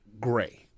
gray